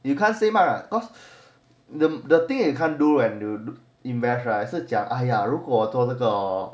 you can't say much lah cause the thing you can't do and do invest ah right 是讲哎呀如果做这个我就会赚很多钱